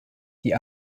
die